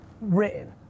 Written